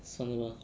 算了 lah